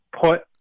put